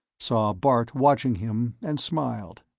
saw bart watching him and smiled.